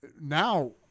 now